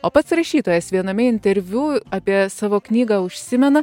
o pats rašytojas viename interviu apie savo knygą užsimena